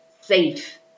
safe